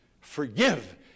forgive